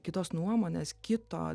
kitos nuomonės kito